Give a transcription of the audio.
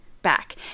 back